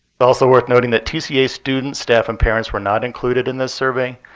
but also worth noting that tca students, staff, and parents were not included in this survey,